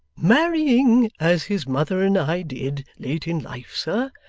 marrying as his mother and i did, late in life, sir,